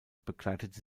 begleitete